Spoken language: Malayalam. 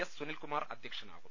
S Sunilkumar അധ്യക്ഷനാകും